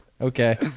okay